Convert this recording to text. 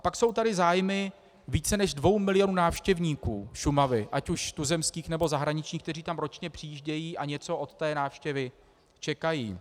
Pak jsou tady zájmy více než dvou milionů návštěvníků Šumavy, ať už tuzemských, nebo zahraničních, kteří tam ročně přijíždějí a něco od té návštěvy čekají.